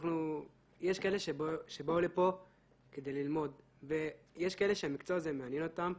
יש כאלה שבאו לפה כדי ללמוד ויש כאלה שהמקצוע הזה מעניין אותם.